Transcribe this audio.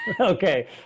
Okay